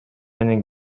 менен